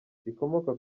rikomoka